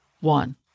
one